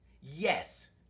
yes